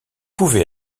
pouvez